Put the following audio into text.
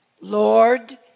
Lord